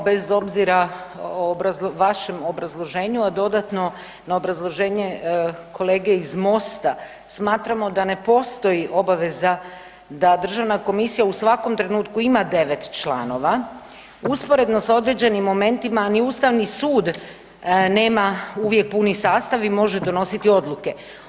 Pa evo bez obzira o vašem obrazloženju, a dodatno na obrazloženje kolege iz Mosta, smatramo da ne postoji obaveza da Državna komisija u svakom trenutku ima 9 članova, usporedno s određenim momentima ni Ustavni sud nema uvijek puni sastav i može donositi odluke.